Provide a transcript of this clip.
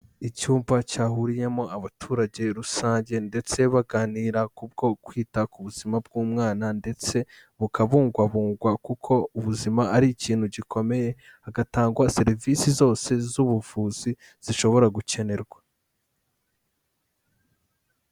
Icyumba cyahuriyemo abaturage rusange ndetse baganira k'ubwo kwita ku buzima bw'umwana ndetse bukabungwabungwa kuko ubuzima ari ikintu gikomeye, hagatangwa serivisi zose z'ubuvuzi zishobora gukenerwa.